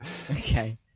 Okay